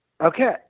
Okay